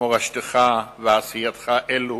מורשתך ועשייתך אלה